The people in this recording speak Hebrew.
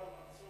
הגנרל מנסור.